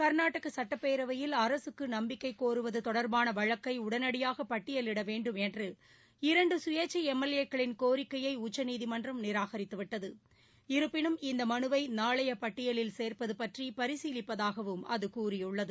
கர்நாடக சட்டப்பேரவையில் அரசுக்கு நம்பிக்கை கோருவது தொடர்பாள வழக்கை உடனடியாக பட்டியிலிட வேண்டும் என்ற இரண்டு கயேச்சை எம்எல்ஏக்களின் கோரிக்கையை உச்சநீதிமன்றம் நிராகரித்து விட்டது இருப்பினும் இந்த மனுவை நாளைய பட்டியலில் சேர்ப்பது பற்றி பரசீலிப்பதாகவும் அது கூறியுள்ளது